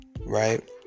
right